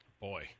Boy